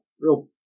real